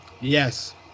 Yes